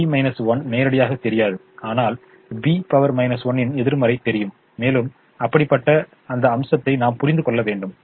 B 1 நேரடியாகத் தெரியாது ஆனால் B 1 இன் எதிர்மறை தெரியும் மேலும் அப்படிப்பட்ட அந்த அம்சத்தை நாம் புரிந்து கொள்ள வேண்டும்